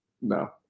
No